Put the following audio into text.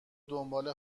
دنبال